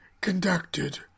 conducted